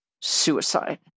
suicide